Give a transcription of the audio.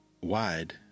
wide